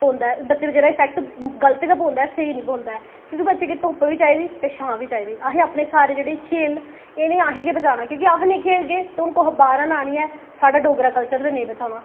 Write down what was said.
बच्चे पर जेह्ड़ा एफैक्ट गलत गै पौंदा ऐ स्हेई नेई पौंदा ऐ की जे बच्चे गी धुप्प बी चाहिदी ते छां बी चाहिदी असें अपने सारे जेह्ड़े खेल न इ'नें असें गै बचाना ऐ अस नेई खेलगे तां कुसै ने आनियै साढ़ा डोगरा कलचर गी नेई बचाना